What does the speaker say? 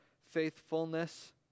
faithfulness